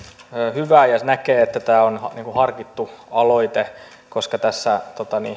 hyvää ja näkee että tämä on harkittu aloite koska tässä